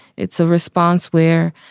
it's a response where?